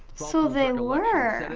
so they and were.